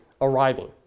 arriving